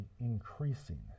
increasing